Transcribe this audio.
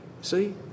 See